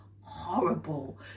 horrible